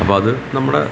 അപ്പം അത് നമ്മുടെ